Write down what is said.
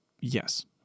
yes